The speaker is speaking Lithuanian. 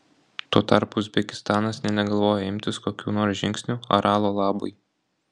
tuo tarpu uzbekistanas nė negalvoja imtis kokių nors žingsnių aralo labui